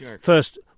first